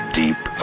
deep